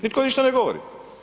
Nitko ništa ne govori.